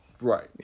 Right